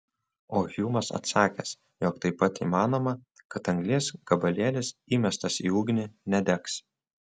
o hjumas atsakęs jog taip pat įmanoma kad anglies gabalėlis įmestas į ugnį nedegs